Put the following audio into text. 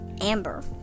Amber